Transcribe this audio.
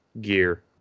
gear